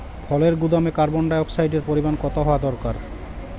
ফলের গুদামে কার্বন ডাই অক্সাইডের পরিমাণ কত হওয়া দরকার?